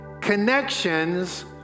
connections